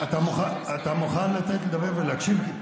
אתה מוכן לתת לי לדבר ולהקשיב?